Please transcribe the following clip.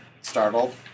startled